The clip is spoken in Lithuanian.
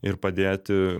ir padėti